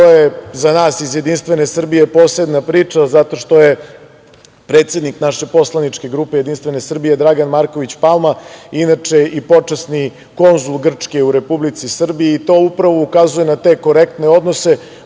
to je za nas iz JS posebna priča, zato što je predsednik naše poslaničke grupe JS Dragan Marković Palma inače i počasni konzul Grčke u Republici Srbiji i to upravo ukazuje na te korektne odnose